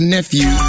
Nephew